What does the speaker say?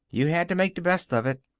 you had to make the best of it.